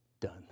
done